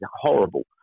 horrible